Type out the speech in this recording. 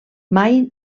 mai